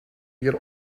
get